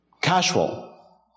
casual